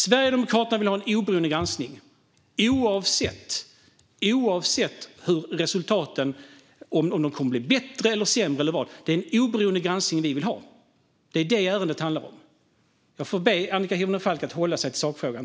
Sverigedemokraterna vill ha en oberoende granskning oavsett resultaten; om de blir bättre eller sämre eller vad. Vi vill ha en oberoende granskning. Det är vad ärendet handlar om. Jag får be Annika Hirvonen Falk att hålla sig till sakfrågan.